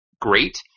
great